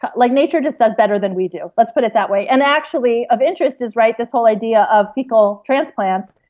but like nature just does better than we do, let's put it that way. and actually, of interest is this whole idea of fecal transplants.